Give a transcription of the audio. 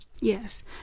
Yes